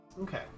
Okay